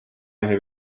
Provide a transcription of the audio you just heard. mehe